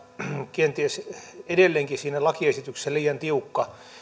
kenties edelleenkin siinä lakiesityksessä liian tiukka